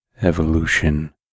evolution